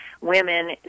women